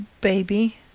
baby